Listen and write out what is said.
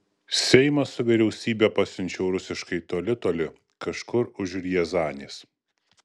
seimą su vyriausybe pasiunčiau rusiškai toli toli kažkur už riazanės